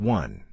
one